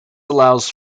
allows